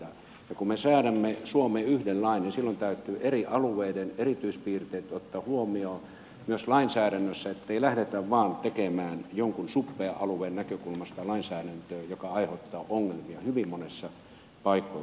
ja kun me säädämme suomeen yhden lain niin silloin täytyy eri alueiden erityispiirteet ottaa huomioon myös lainsäädännössä ettei lähdetä vain tekemään jonkun suppean alueen näkökulmasta lainsäädäntöä joka aiheuttaa ongelmia hyvin monissa paikoin suomea